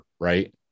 right